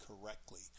correctly